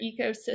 ecosystem